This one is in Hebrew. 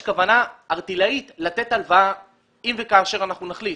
כוונה ערטילאית לתת הלוואה אם וכאשר אנחנו נחליט.